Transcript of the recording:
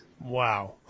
Wow